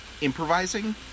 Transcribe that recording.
improvising